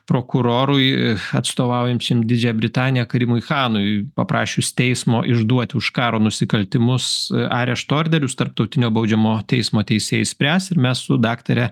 prokurorui atstovaujančiam didžiąją britaniją karimui chanui paprašius teismo išduoti už karo nusikaltimus arešto orderius tarptautinio baudžiamojo teismo teisėjai spręs ir mes su daktare